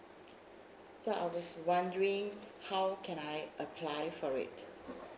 so I was wondering how can I apply for it